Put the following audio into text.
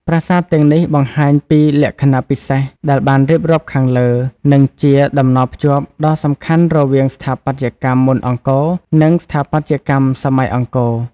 ប្រាសាទទាំងនេះបង្ហាញពីលក្ខណៈពិសេសដែលបានរៀបរាប់ខាងលើ និងជាតំណភ្ជាប់ដ៏សំខាន់រវាងស្ថាបត្យកម្មមុនអង្គរ និងស្ថាបត្យកម្មសម័យអង្គរ។